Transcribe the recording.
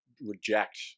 reject